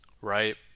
right